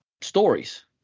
stories